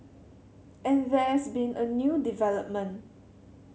and there's been a new development